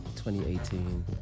2018